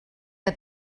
que